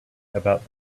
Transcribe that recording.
about